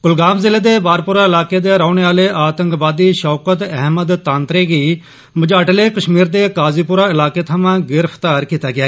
कुलगाम ज़िले दे वारपोरा इलाके दे रौहने आले इस आतंकवादी शौकत अहमद तांत्रे गी मझाटले कश्मीर दे काज़ीपुरा इलाके थवां गिरफ्तार कीता गेआ